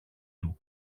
του